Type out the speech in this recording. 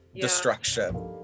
Destruction